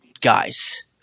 guys